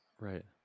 Right